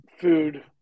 food